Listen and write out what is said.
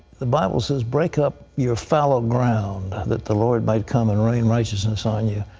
the bible says, break up your fallow ground that the lord might come and reign righteousness on you.